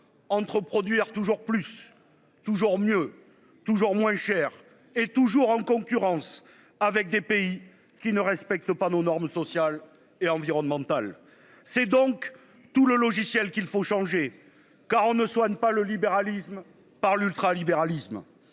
entre produire toujours plus, toujours mieux toujours moins cher, et toujours en concurrence avec des pays qui ne respectent pas nos normes sociales et environnementales. C'est donc tout le logiciel qu'il faut changer car on ne soigne pas le libéralisme par l'ultra-libéralisme,